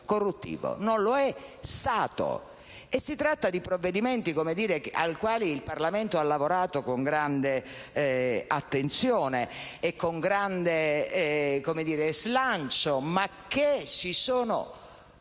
Non lo è stato. E si tratta di provvedimenti sui quali il Parlamento ha lavorato con grande attenzione e con grande slancio, ma che si sono